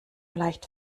leicht